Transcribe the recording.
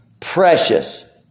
precious